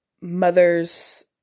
mother's